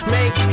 Make